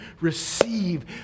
Receive